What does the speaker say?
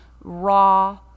raw